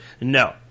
No